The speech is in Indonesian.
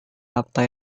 apa